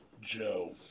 Joe